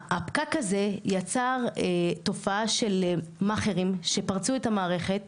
הפקק הזה יצר תופעה של מאכערים שפרצו את המערכת